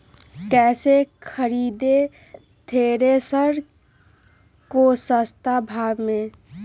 कैसे खरीदे थ्रेसर को सस्ते भाव में?